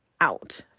out